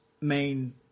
main